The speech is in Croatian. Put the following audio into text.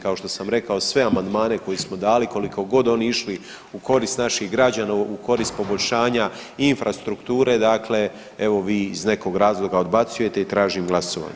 Kao što sam rekao sve amandmane koje smo dali, koliko god oni išli u korist naših građana, u korist poboljšanja i infrastrukture dakle evo vi iz nekog razloga odbacujete i tražim glasovanje.